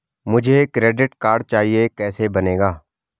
मुझे credit card चाहिए कैसे बनेगा?